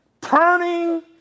turning